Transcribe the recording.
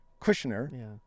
Kushner